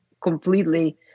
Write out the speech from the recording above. completely